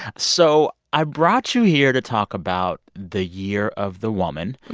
so i brought you here to talk about the year of the woman,